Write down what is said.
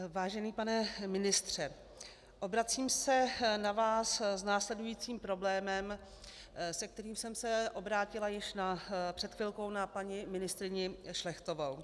Vážený pane ministře, obracím se na vás s následujícím problémem, se kterým jsem se obrátila již před chvilkou na paní ministryni Šlechtovou.